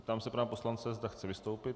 Zeptám se pana poslance, zda chce vystoupit.